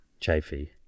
Chafee